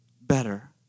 better